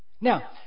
Now